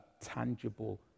tangible